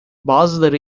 bazıları